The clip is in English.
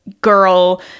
girl